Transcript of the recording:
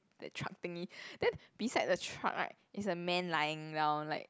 that truck thingy then beside the truck right is a man lying down like